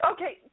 Okay